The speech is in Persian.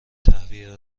تهویه